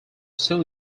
still